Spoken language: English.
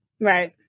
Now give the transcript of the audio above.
Right